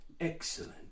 Excellent